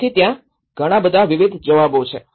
તેથી ત્યાં ઘણાબધા વિવિધ જવાબો છે